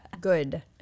good